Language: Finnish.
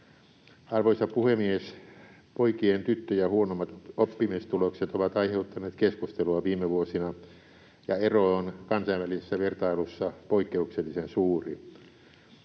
Arvoisa puhemies! Poikien tyttöjä huonommat oppimistulokset ovat aiheuttaneet keskustelua viime vuosina, ja ero on kansainvälisessä vertailussa poikkeuksellisen suuri.